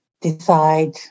decide